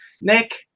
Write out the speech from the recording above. Nick